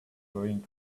going